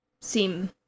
seem